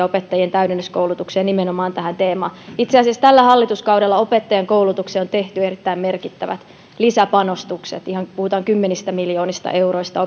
opettajien täydennyskoulutukseen nimenomaan tähän teemaan itse asiassa tällä hallituskaudella opettajankoulutukseen on tehty erittäin merkittävät lisäpanostukset puhutaan ihan kymmenistä miljoonista euroista